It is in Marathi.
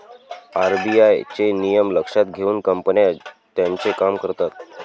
आर.बी.आय चे नियम लक्षात घेऊन कंपन्या त्यांचे काम करतात